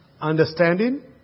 understanding